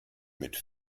mit